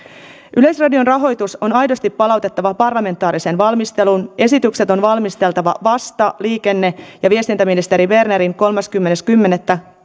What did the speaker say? yleisradion rahoitus on aidosti palautettava parlamentaariseen valmisteluun esitykset on valmisteltava vasta liikenne ja viestintäministeri bernerin kolmaskymmenes kymmenettä